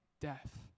death